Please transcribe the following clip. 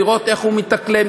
לראות איך הוא מתאקלם,